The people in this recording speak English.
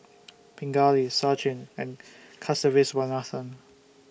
Pingali Sachin and Kasiviswanathan